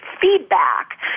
feedback